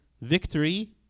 victory